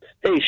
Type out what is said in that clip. Hey